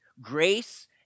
grace